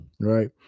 right